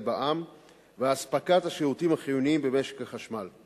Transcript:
בע"מ ואספקת השירותים החיוניים במשק החשמל.